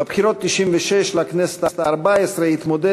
בבחירות ב-1996 לכנסת הארבע-עשרה התמודד